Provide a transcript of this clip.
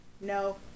No